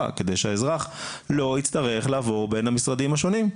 כדי שהאזרח לא יצטרך לעבור בין המשרדים השונים.